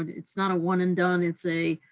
and it's not a one and done, it's a,